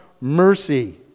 mercy